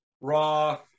Raw